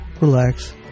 relax